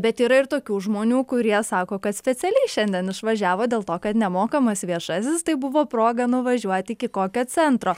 bet yra ir tokių žmonių kurie sako kad specialiai šiandien išvažiavo dėl to kad nemokamas viešasis tai buvo proga nuvažiuoti iki kokio centro